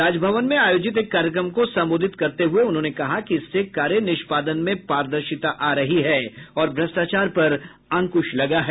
राजभवन में आयोजित एक कार्यक्रम को संबोधित करते हुए उन्होंने कहा कि इससे कार्य निष्पादन में पारदर्शिता आ रही है और भ्रष्टाचार पर अंकुश लगा है